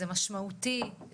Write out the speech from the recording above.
זה משמעותי,